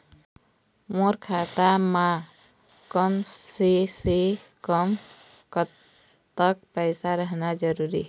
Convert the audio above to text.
मोर खाता मे कम से से कम कतेक पैसा रहना जरूरी हे?